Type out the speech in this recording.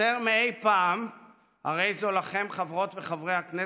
יותר מאי פעם הרי זו לכם, חברות וחברי הכנסת,